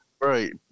Right